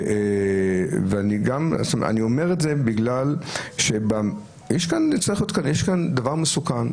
יש כאן דבר מסוכן,